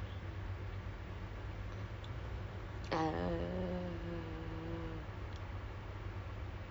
I stay near I stay at jurong [what] so makes sense for me to go go to tuas there so I'll go to tuas then I'll go to